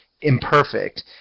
imperfect